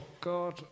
God